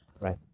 Right